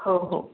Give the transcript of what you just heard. हो हो